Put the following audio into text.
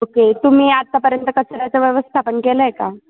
okay तुम्ही आत्तापर्यंत कचऱ्याचं व्यवस्थापन केलं आहे का